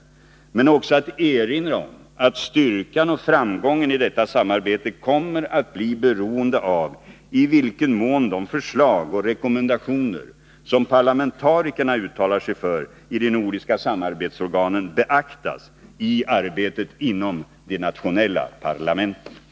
Men jag har också velat erinra om att styrkan och framgången i detta samarbete kommer att bli beroende av i vilken mån de förslag och rekommendationer som parlamentarikerna uttalar sig för i de nordiska samarbetsorganen beaktas i arbetet inom de nationella parlamenten.